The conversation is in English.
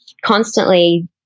constantly